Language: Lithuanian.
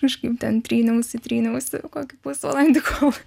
kažkaip ten tryniausi tryniausi kokį pusvalandį kol